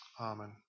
Amen